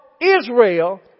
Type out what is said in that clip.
Israel